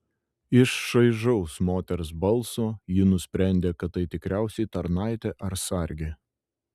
iš šaižaus moters balso ji nusprendė kad tai tikriausiai tarnaitė ar sargė